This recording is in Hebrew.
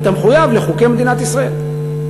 אתה מחויב לחוקי מדינת ישראל.